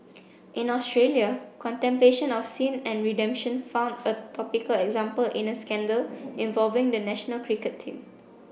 in Australia contemplation of sin and redemption found a topical example in a scandal involving the national cricket team